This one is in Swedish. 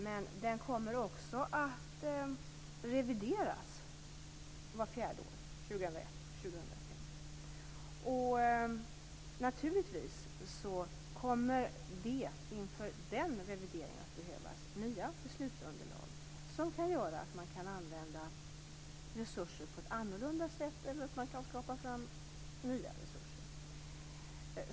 Men den kommer att revideras vart fjärde år - 2001 och 2005. Naturligtvis kommer det att behövas nya beslutsunderlag inför revideringen, som kan innebära att resurserna används på annorlunda sätt eller att skapa nya resurser.